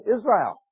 Israel